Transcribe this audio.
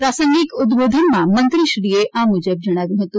પ્રાસંગિક ઉદબોધનમાં મંત્રીએ આ મુજબ જણાવ્યું હતું